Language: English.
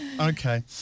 okay